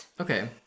Okay